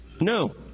No